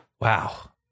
wow